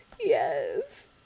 Yes